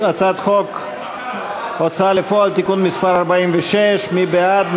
הצעת חוק ההוצאה לפועל (תיקון מס' 46) מי בעד?